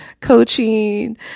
coaching